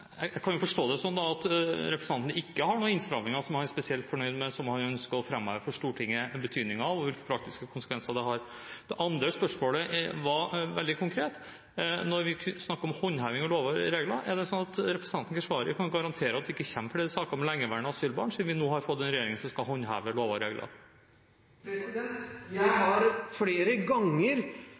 sånn at representanten ikke har noen innstramninger som han er spesielt fornøyd med, som han ønsker å fremme betydningen av for Stortinget, og hvilke praktiske konsekvenser det har. Det andre spørsmålet var veldig konkret. Når vi snakker om håndheving av lover og regler, er det sånn at representanten Keshvari kan garantere at det ikke kommer flere saker om lengeværende asylbarn, siden vi nå har fått en regjering som skal håndheve lover og regler? Jeg har flere ganger